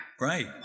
right